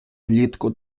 влітку